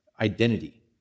identity